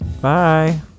Bye